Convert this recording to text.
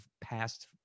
past